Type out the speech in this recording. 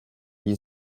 bin